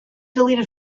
deleted